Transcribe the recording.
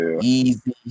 easy